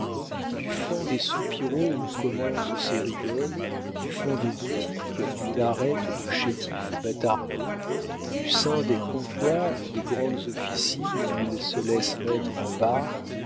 du fond des soupiraux où commencent ses rigoles du fond des boutiques où l'arrêtent de chétifs batardeaux du sein des comptoirs et des grandes officines où il se laisse mettre en barres